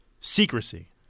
secrecy